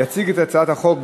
יציג את הצעת החוק,